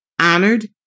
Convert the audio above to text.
honored